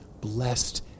blessed